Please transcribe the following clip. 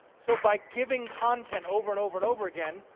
so by giving content over and over and over again,